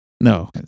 No